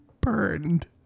burned